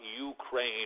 ukraine